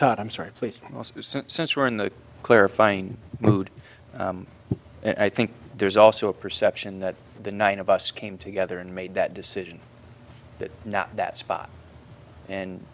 i'm sorry please since we're in the clarifying mood and i think there's also a perception that the nine of us came together and made that decision that not that spot and